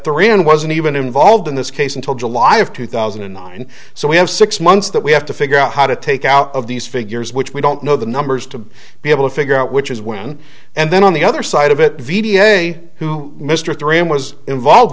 three and wasn't even involved in this case until july of two thousand and nine so we have six months that we have to figure out how to take out of these figures which we don't know the numbers to be able to figure out which is when and then on the other side of it video may who mr three and was involved